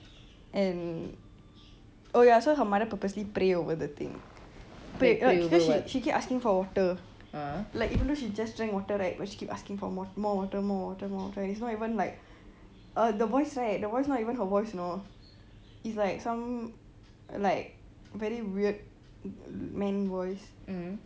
and oh ya so her mother purposely pray over the thing cause she she keep asking for water like even though she just drank water right but she keep asking for more water more water more water it's not even like uh the voice right the voice like not even her voice you know it's like some like very weird man voice